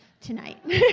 tonight